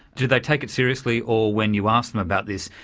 did they take it seriously or when you asked them about this,